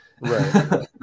Right